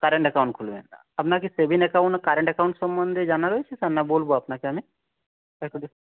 current account খুলবেন না আপনাকে সেভিং অ্যাকাউন্ট কারেন্ট অ্যাকাউন্ট সম্বন্ধে জানা রয়েছে স্যার না বলবো আপনাকে নাকি